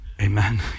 Amen